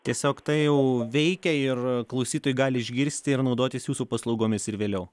tiesiog tai jau veikia ir klausytojai gali išgirsti ir naudotis jūsų paslaugomis ir vėliau